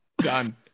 done